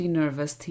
nervous